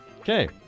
Okay